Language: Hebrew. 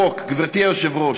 חוק, גברתי היושבת-ראש,